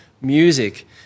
music